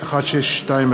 אלעזר שטרן,